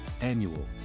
Annual